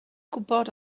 gwybod